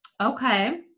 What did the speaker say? Okay